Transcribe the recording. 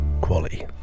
quality